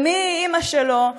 ומי אימא שלו,